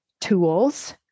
tools